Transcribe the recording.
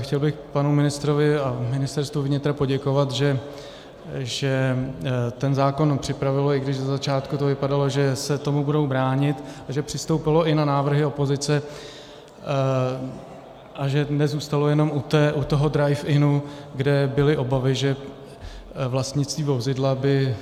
Chtěl bych panu ministrovi a Ministerstvu vnitra poděkovat, že ten zákon připravili, i když ze začátku to vypadalo, že se tomu budou bránit, a že přistoupili i na návrhy opozice a že nezůstalo jenom u toho drivein, kde byly obavy, že vlastnictví vozidla by